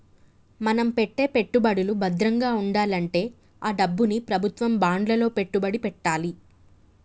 మన పెట్టే పెట్టుబడులు భద్రంగా వుండాలంటే ఆ డబ్బుని ప్రభుత్వం బాండ్లలో పెట్టుబడి పెట్టాలే